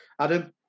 Adam